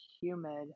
humid